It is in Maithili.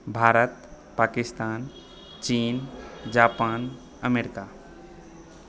भारत पाकिस्तान चीन जापान अमेरिका